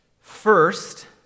First